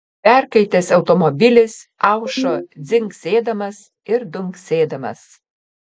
perkaitęs automobilis aušo dzingsėdamas ir dunksėdamas